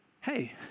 Hey